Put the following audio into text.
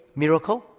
miracle